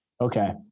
Okay